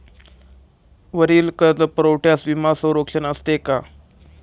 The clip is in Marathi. वरील कर्जपुरवठ्यास विमा संरक्षण असते का?